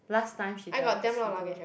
last time she du~ she do lor